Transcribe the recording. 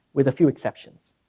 with a few exceptions.